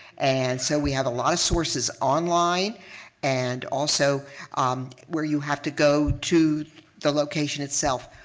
and so we have a lot of sources online and also um where you have to go to the location itself.